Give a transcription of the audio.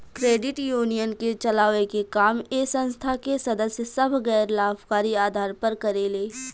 credit union के चलावे के काम ए संस्था के सदस्य सभ गैर लाभकारी आधार पर करेले